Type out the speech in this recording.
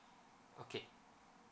okay